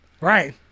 Right